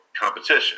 competition